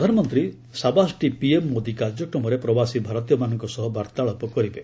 ପ୍ରଧାନମନ୍ତ୍ରୀ ସାବାସ୍ଡି ପିଏମ୍ ମୋଦି କାର୍ଯ୍ୟକ୍ରମରେ ପ୍ରବାସୀ ଭାରତୀମାନଙ୍କ ସହ ବାର୍ତ୍ତାଳାପ କରିବେ